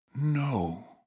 No